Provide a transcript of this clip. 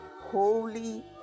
holy